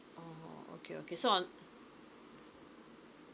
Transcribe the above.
oh okay okay so on